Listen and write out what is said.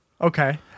okay